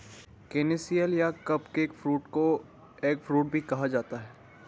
canistel या cupcake fruit को egg fruit भी कहा जाता है